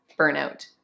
burnout